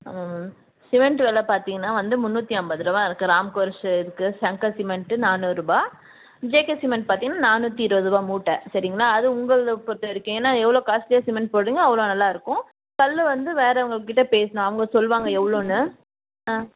அதான் ma'am cement வெலை பார்த்தீங்கன்னா வந்து முந்நூற்றி ஐம்பதுருவா இருக்குது ராம்கோ இருக்குது சங்கர் சிமெண்ட்டு நானூறுபா ஜே கே சிமெண்ட் பார்த்தீங்கன்னா நானூற்றி இருபதுருவா மூட்டை சரிங்களா அது உங்கள பொறுத்த வரைக்கும் ஏன்னா எவ்வளோ காஸ்ட்லியாக சிமெண்ட் போடுறீங்களோ அவ்வளோ நல்லா இருக்கும் கல் வந்து வேறவங்கள்ட்டே பேசணும் அவங்க சொல்வாங்க எவ்வளோன்னு ஆ